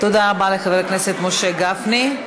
תודה רבה לחבר הכנסת משה גפני.